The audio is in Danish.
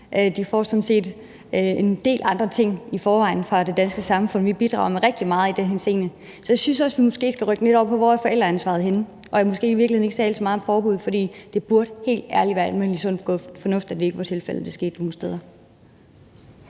set en del andre ting i forvejen fra det danske samfund. Vi bidrager med rigtig meget i den henseende. Så jeg synes også, vi måske skal rykke den lidt over på spørgsmålet om, hvor forældreansvaret er henne, og måske skal vi i virkeligheden ikke tale så meget om forbud, for det burde helt ærligt være almindelig sund fornuft, at det ikke var tilfældet, at det skete nogle steder.